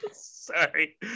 sorry